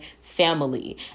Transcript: family